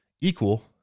Equal